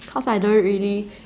cause I don't really